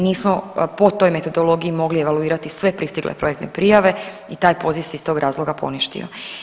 Nismo po toj metodologiji mogli evaluirati sve pristigle projektne prijave i taj poziv se iz tog razloga poništio.